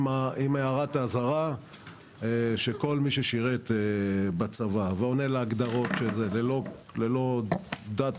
עם הערת האזהרה שכל מי ששירת בצבא ועונה להגדרות של זה ללא דת,